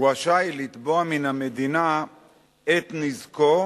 הוא רשאי לתבוע מן המדינה את נזקו